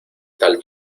tal